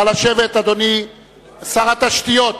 נא לשבת, אדוני שר התשתיות.